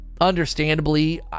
understandably